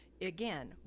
again